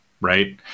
right